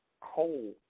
coal